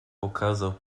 pokazał